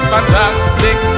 Fantastic